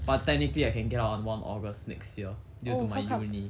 but technically I can get on one august next year due to my uni